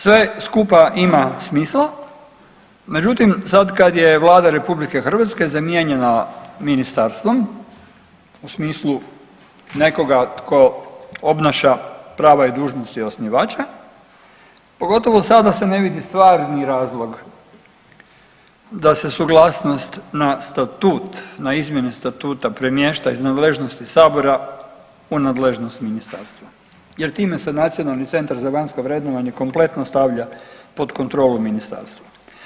Sve skupa ima smisla, međutim sad kad je Vlada RH zamijenjena ministarstvom u smislu nekoga tko obnaša prava i dužnosti osnivača, pogotovo sada se ne vidi stvarni razlog da se suglasnost na statut, na izmjene statuta premješta iz nadležnosti sabora u nadležnost ministarstva jer time se Nacionalni centar za vanjsko vrednovanje kompletno stavlja pod kontrolu ministarstva.